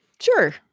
Sure